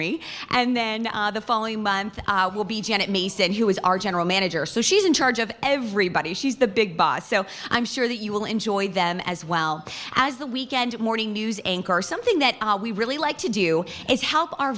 me and then the following month will be janet me said who was our general manager so she's in charge of everybody she's the big boss so i'm sure that you will enjoy them as well as the weekend morning news anchor something that we really like to do is help our